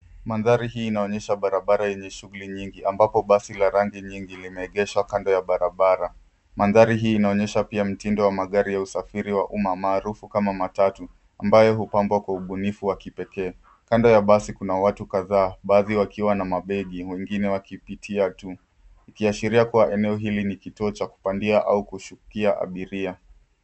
Mandhari hii inaonyesha barabara yenye shughuli nyingi ambapo basi la rangi nyingi lime egeshwa kando ya barabara. Mandhari hii inaonyesha pia mtindo wa magari ya usafiri wa uma maarufu kama matatu ambayo hupambwa kwa ubunifu wa kipekee. Kando ya basi kuna watu kadhaa baadhi wakiwa na mabegi wengine wakipitia tu, ikiashiria kuwa eneo hili ni kituo cha kupandia au kushukia abiria.